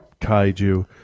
kaiju